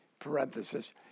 parenthesis